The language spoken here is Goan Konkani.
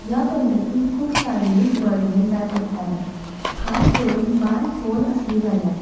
ह्या पद्दतीक खूब शारिरीक बळगें जाय पडटालें खास करून बांय खोल आसली जाल्यार